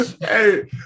Hey